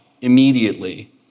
immediately